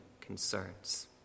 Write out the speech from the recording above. concerns